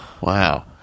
Wow